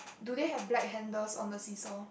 do they have black handles on the seesaw